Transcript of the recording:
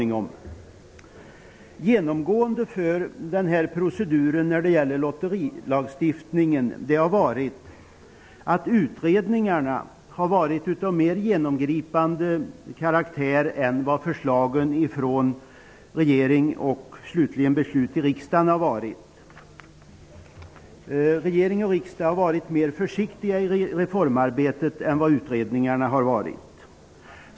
Genomgående i lagstiftningsproceduren på lotteriområdet har varit att utredningarnas förslag har varit mera genomgripande än regeringsförslagen och de slutliga avgörandena i riksdagen. Regering och riksdag har varit mer försiktiga i reformarbetet än utredningarna varit.